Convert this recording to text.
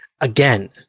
again